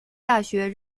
大学